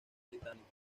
británicos